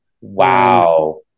Wow